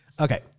Okay